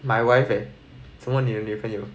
my wife leh 什么女女朋友